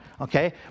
Okay